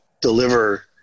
deliver